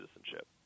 citizenship